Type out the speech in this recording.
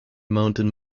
mountain